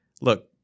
look